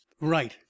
right